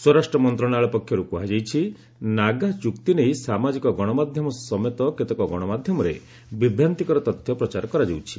ସ୍ୱରାଷ୍ଟ୍ର ମନ୍ତ୍ରଣାଳୟ ପକ୍ଷରୁ କୁହାଯାଇଛି ନାଗା ଚୁକ୍ତି ନେଇ ସାମାଜିକ ଗଣମାଧ୍ୟମ ସମେତ କେତେକ ଗଣମାଧ୍ୟମରେ ବିଭ୍ରାନ୍ତିକର ତଥ୍ୟ ପ୍ରଚାର କରାଯାଉଛି